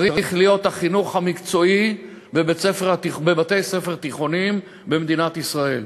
צריך להיות החינוך המקצועי בבתי-ספר תיכוניים במדינת ישראל?